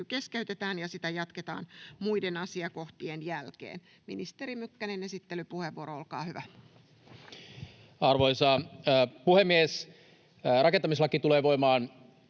keskeytetään ja sitä jatketaan muiden asiakohtien jälkeen. — Ministeri Mykkänen, esittelypuheenvuoro, olkaa hyvä. [Speech 165] Speaker: Kai